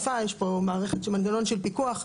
גם מנגנון של אכיפה,